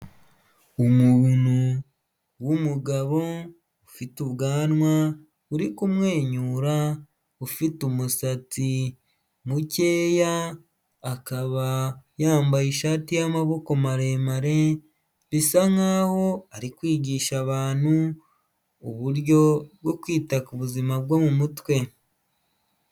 Umuntu w'umugabo ufite ubwanwa uri kumwenyura ufite umusatsi mukeya, akaba yambaye ishati y'amaboko maremare bisa nkaho ari kwigisha abantu uburyo bwo kwita ku buzima bwo mumutwe.